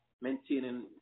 maintaining